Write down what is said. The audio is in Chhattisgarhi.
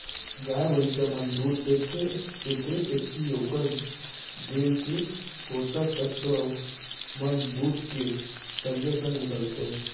गाय भइंस मन दूद देथे तेकरे सेती ओकर देंव के पोसक तत्व मन दूद के संगे संग निकलथें